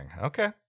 Okay